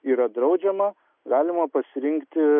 yra draudžiama galima pasirinkti